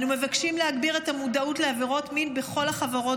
אנו מבקשים להגביר את המודעות לעבירות מין בכל החברות